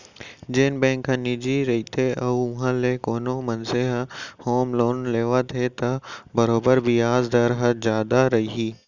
जेन बेंक ह निजी रइथे अउ उहॉं ले कोनो मनसे ह होम लोन लेवत हे त बरोबर बियाज दर ह जादा रही